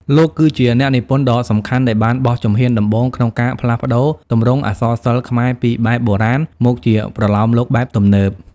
លោកគឺជាអ្នកនិពន្ធដ៏សំខាន់ដែលបានបោះជំហានដំបូងក្នុងការផ្លាស់ប្ដូរទម្រង់អក្សរសិល្ប៍ខ្មែរពីបែបបុរាណ មកជាប្រលោមលោកបែបទំនើប។